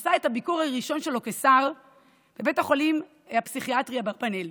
עשה את הביקור הראשון שלו כשר בבית החולים הפסיכיאטרי אברבנאל.